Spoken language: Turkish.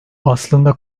aslında